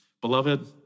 Beloved